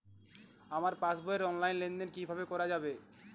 আমার পাসবই র অনলাইন লেনদেন কিভাবে করা যাবে?